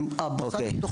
אוקיי, תודה.